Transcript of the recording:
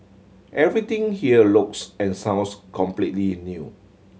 everything here looks and sounds completely new